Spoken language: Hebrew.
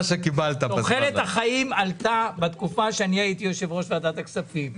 תוחלת החיים עלתה בתקופה שאני הייתי יושב ראש ועדת הכספים.